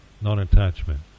non-attachment